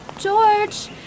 George